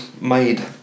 made